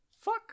Fuck